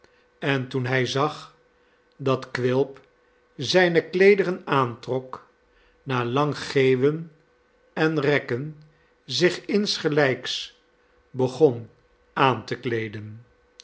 en toen hij zag dat quilp zijne kleederen aantrok na lang geeuwen en rekken zich insgelijks begon aan te kleeden